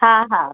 हा हा